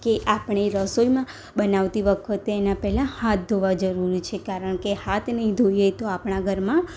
કે આપણે રસોઈમાં બનાવતી વખતે એના પહેલાં હાથ ધોવા જરૂરી છે કારણકે હાથ નહીં ધોઈએ તો આપણાં ઘરમાં